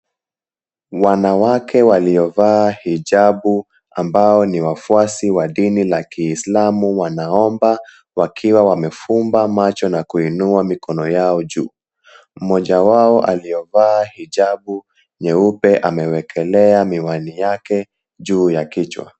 Wanawake waliovaa hijabu ambao ni wafuasi wa dini la Kiislamu wanaomba wakiwa wamefumba macho na kuinua mikono yao juu. Mmoja wao aliyovaa hijabu nyeupe amewekelea miwani yake juu ya kichwa.